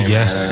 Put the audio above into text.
Yes